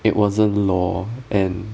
it wasn't law and